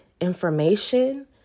information